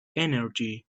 energy